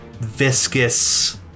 viscous